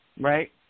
right